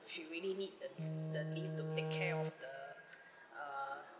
she really need the the leave to take care of the err